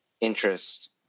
interest